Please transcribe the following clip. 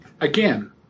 again